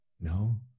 No